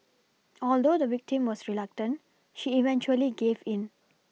although the victim was reluctant she eventually gave in